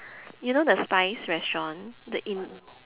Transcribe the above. you know the spize restaurant the in